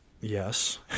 yes